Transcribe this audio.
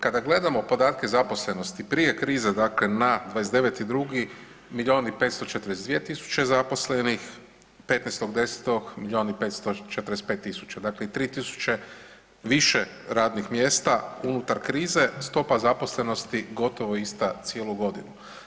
Kada gledamo podatke zaposlenosti prije krize, dakle na 29.2. milijun i 542 tisuće zaposlenih, 15.10. milijun i 545 tisuća, dakle 3 tisuće više radnih mjesta unutar krize, stopa zaposlenosti gotovo ista cijelu godinu.